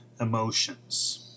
emotions